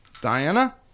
Diana